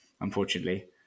unfortunately